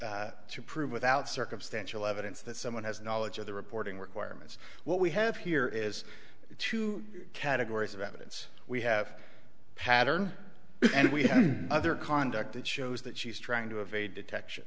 to prove without circumstantial evidence that someone has knowledge of the reporting requirements what we have here is two categories of evidence we have a pattern and we have other conduct that shows that she's trying to evade detection